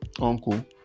uncle